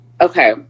okay